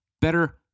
better